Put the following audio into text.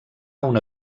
una